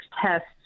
tests